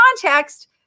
context